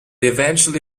eventually